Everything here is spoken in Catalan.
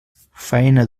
faena